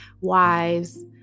wives